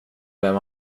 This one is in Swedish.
vem